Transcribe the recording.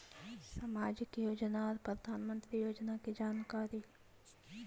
समाजिक योजना और प्रधानमंत्री योजना की जानकारी?